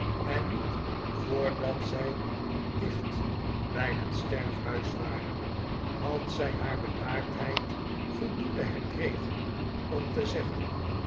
en niet voordat zij dicht bij het sterfhuis waren had zij haar bedaardheid voldoende herkregen om te zeggen